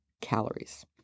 calories